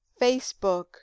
facebook